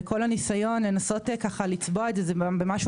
וכל הניסיון לנסות ככה לצבוע את זה במשהו